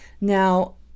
Now